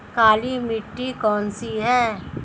काली मिट्टी कौन सी है?